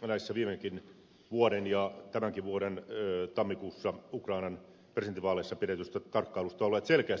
tästä viime vuoden ja tämänkin vuoden tammikuussa ukrainan presidentinvaaleissa pidetystä tarkkailusta olleet selkeästi positiiviset